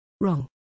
Wrong